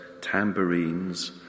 tambourines